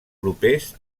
propers